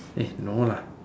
eh no lah